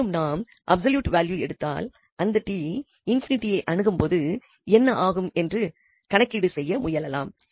மேலும் நாம் absolute value எடுத்தால் இந்த 𝑡 ∞ ஐ அணுகும்போது என்ன ஆகும் என்று கணக்கீடு செய்ய முயலலாம்